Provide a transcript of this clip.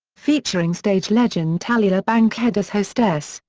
featuring stage legend tallulah bankhead as hostess,